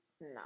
No